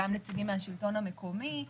נציגים מהשלטון המקומי,